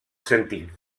sentir